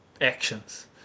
actions